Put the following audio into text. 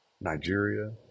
Nigeria